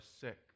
sick